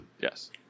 Yes